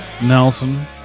nelson